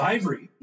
Ivory